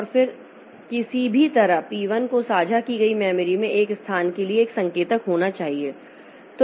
और फिर किसी भी तरह पी 1 को साझा की गई मेमोरी में एक स्थान के लिए एक संकेतक होना चाहिए